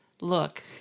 look